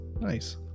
Nice